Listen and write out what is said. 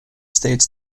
states